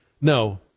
no